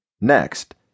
Next